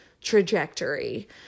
trajectory